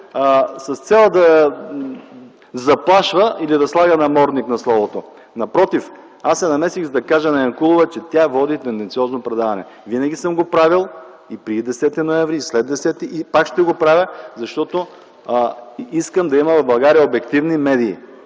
с цел да заплашва или да слага намордник на словото. Напротив, аз се намесих, за да кажа на Янкулова, че тя води тенденциозно предаване. Винаги съм го правил – и преди Десети ноември, и след Десети ноември, и пак ще го правя. Защото искам в България да има обективни медии.